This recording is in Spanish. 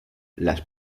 las